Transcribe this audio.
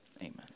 amen